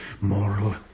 moral